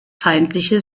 feindliche